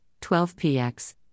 12px